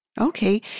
Okay